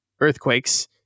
earthquakes